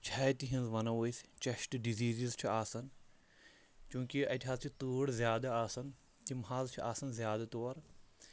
چھاتہِ ہِنٛز وَنو أسۍ چٮ۪سٹ ڈِزیٖزِز چھِ آسان چوٗنٛکہِ اَتہِ حظ چھِ تۭر زیادٕ آسان تِم حظ چھِ آسان زیادٕ طور